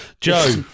Joe